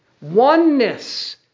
Oneness